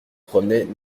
promenaient